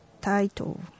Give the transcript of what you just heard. title